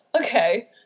okay